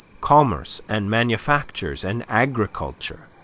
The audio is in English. commerce and manufactures and agriculture.